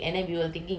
ஆமா:aama